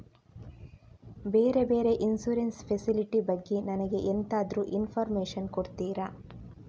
ಬೇರೆ ಬೇರೆ insurance facility ಬಗ್ಗೆ ನನಗೆ ಎಂತಾದ್ರೂ ಇನ್ಫೋರ್ಮೇಷನ್ ಕೊಡ್ತೀರಾ?